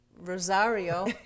Rosario